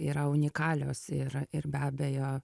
yra unikalios ir ir be abejo